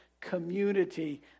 community